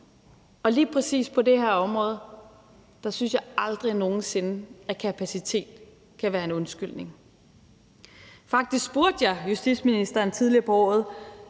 og lige præcis på det her område synes jeg aldrig nogen sinde, at kapacitet kan være en undskyldning. Faktisk spurgte jeg justitsministeren tidligere på året,